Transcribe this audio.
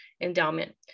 endowment